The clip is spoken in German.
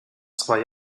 zwar